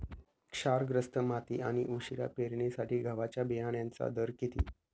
क्षारग्रस्त माती आणि उशिरा पेरणीसाठी गव्हाच्या बियाण्यांचा दर किती?